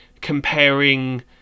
comparing